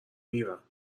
میرم